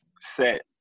set